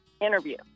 interview